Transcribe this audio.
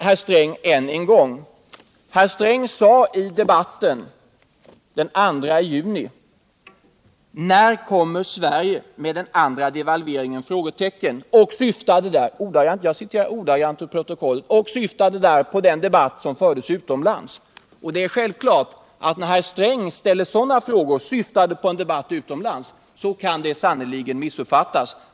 Herr Sträng sade i debatten den 2 juni förra året: ” När kommer Sverige med den andra devalveringen?” Han syftade därvid på den debatt som fördes utomlands. När herr Sträng ställer sådana frågor kan det sannerligen missuppfattas.